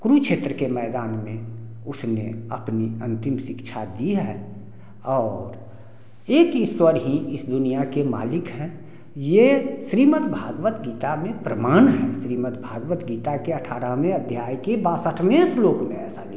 कुरुक्षेत्र के मैदान में उसने अपनी अंतिम शिक्षा दी है और एक ही ईश्वर ही इस दुनिया के मालिक है यह श्रीमद्भगवत गीता में प्रमाण है श्रीमद्भागवत गीता के अठारहवें अध्याय के बासठवें श्लोक में ऐसा लिखा हुआ है